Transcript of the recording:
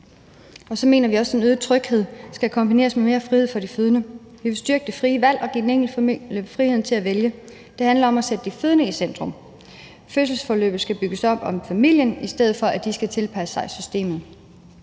vi endvidere også, at øget tryghed skal kombineres med mere frihed for de fødende. Vi vil styrke det frie valg og give den enkelte familie friheden til at vælge. Det handler om at sætte de fødende i centrum. Fødselsforløbet skal bygges op omkring familien, i stedet for at de skal tilpasse sig systemet.